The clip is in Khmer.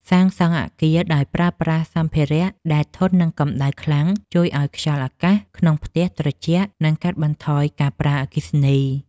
សាងសង់អគារដោយប្រើប្រាស់សម្ភារដែលធន់នឹងកម្ដៅខ្លាំងជួយឱ្យខ្យល់អាកាសក្នុងផ្ទះត្រជាក់ និង កាត់បន្ថយការប្រើអគ្គិសនី។